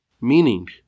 Meaning